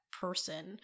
person